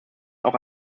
auch